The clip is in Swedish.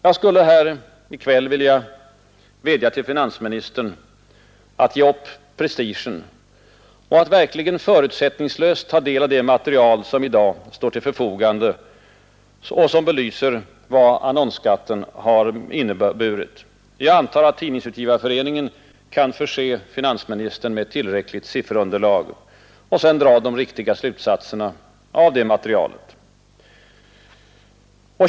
Jag skulle här i kväll vilja vädja till finansministern att ge upp prestigen och verkligen förutsättningslöst ta del av det material som i dag står till förfogande och som belyser vad annonsskatten har inneburit — jag antar att Tidningsutgivareföreningen kan förse finansministern med tillräckligt sifferunderlag — och sedan dra de riktiga slutsatserna av det materialet.